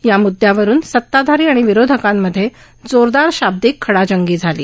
या म्द्यावरून सताधारी आणि विरोधकांमध्ये जोरदार शाब्दिक खडाजंगी झाली